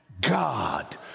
God